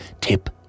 Tip